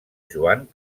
joan